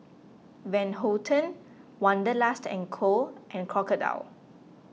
Van Houten Wanderlust and Co and Crocodile